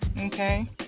Okay